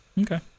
Okay